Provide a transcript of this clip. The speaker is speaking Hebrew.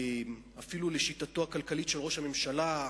אפילו לשיטתו הכלכלית של ראש הממשלה,